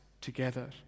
together